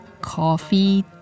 coffee